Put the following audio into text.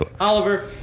Oliver